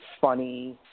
funny